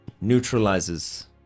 neutralizes